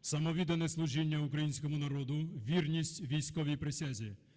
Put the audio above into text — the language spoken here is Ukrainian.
самовіддане служіння українському народу, вірність військовій присязі